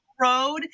road